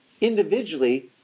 individually